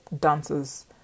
dancers